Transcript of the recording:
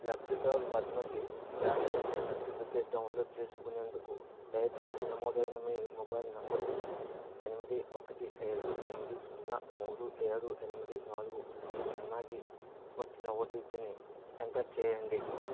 లబ్ధిదారు పద్మకి vaccination certificate download చేసుకునేందుకు దయచేసి నమోదైన మీ మొబైల్ నంబరు ఎనిమిది ఒకటి ఏడు ఎనిమిది సున్నా మూడు ఏడు ఎనిమిది నాలుగు రెండు సున్నాకి వచ్చిన ఓటిపిని ఎంటర్ చేయండి